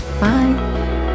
Bye